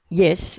yes